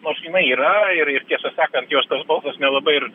nors jinai yra ir ir tiesą sakant jos tas balsas nelabai ir